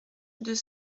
deux